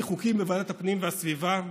העברתי חוקים בוועדת הפנים והגנת הסביבה.